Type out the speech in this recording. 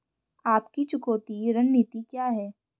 आपकी चुकौती रणनीति क्या है?